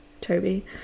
toby